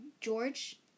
George